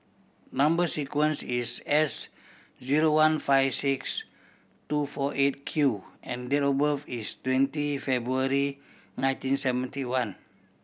number sequence is S zero one five six two four Eight Q and date of birth is twenty February nineteen seventy one